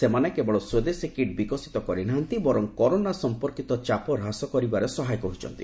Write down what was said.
ସେମାନେ କେବଳ ସ୍ୱଦେଶୀ କିଟ୍ ବିକଶିତ କରିନାହାଁନ୍ତି କରୋନା ସମ୍ଭନ୍ଧିତ ଚାପ ହ୍ରାସ କରିବାରେ ସହାୟକ ହୋଇଛନ୍ତି